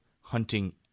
hunting